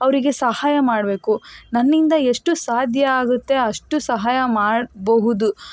ಅವರಿಗೆ ಸಹಾಯ ಮಾಡಬೇಕು ನನ್ನಿಂದ ಎಷ್ಟು ಸಾಧ್ಯ ಆಗುತ್ತೆ ಅಷ್ಟು ಸಹಾಯ ಮಾಡಬಹುದು